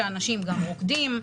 שאנשים גם רוקדים.